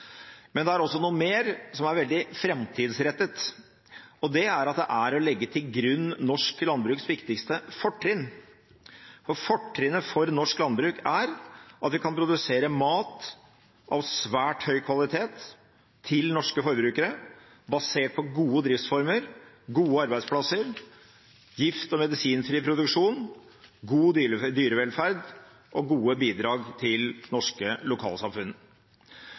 men det er også noe mer, som er veldig framtidsrettet. Det er å legge til grunn norsk landbruks viktigste fortrinn. Fortrinnet for norsk landbruk er at vi kan produsere mat av svært høy kvalitet til norske forbrukere basert på gode driftsformer, gode arbeidsplasser, gift- og medisinfri produksjon, god dyrevelferd og gode bidrag til norske lokalsamfunn.